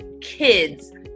kids